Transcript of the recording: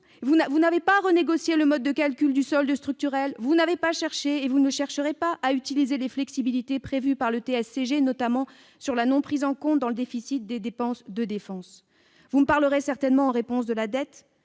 vous n'avez pas renégocié le mode de calcul de ce fameux solde structurel ; vous n'avez pas cherché, et vous ne chercherez pas, à utiliser les flexibilités prévues par le TSCG, notamment la non-prise en compte dans le déficit des dépenses de défense. Vous opposerez certainement à mes arguments